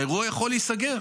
האירוע יכול להיסגר.